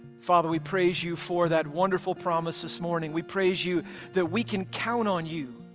father, we praise you for that wonderful promise this morning. we praise you that we can count on you.